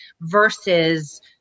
versus